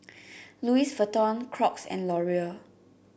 Louis Vuitton Crocs and Laurier